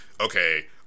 okay